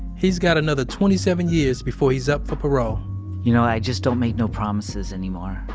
he's got another twenty seven years before he's up for parole you know, i just don't make no promises anymore.